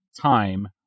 time